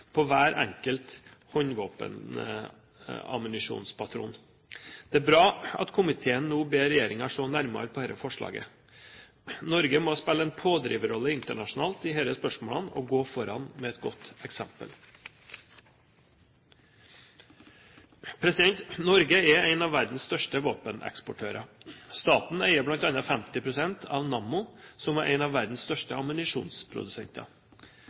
på hver enkelt håndvåpenammunisjonspatron. Det er bra at komiteen nå ber regjeringen se nærmere på dette forslaget. Norge må spille en pådriverrolle internasjonalt i disse spørsmålene og gå foran med et godt eksempel. Norge er en av verdens største våpeneksportører. Staten eier bl.a. 50 pst. av Nammo, som er en av verdens største ammunisjonsprodusenter.